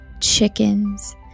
chickens